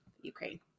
Ukraine